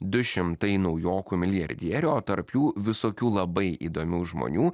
du šimtai naujokų milijardierių o tarp jų visokių labai įdomių žmonių